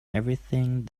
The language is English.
everything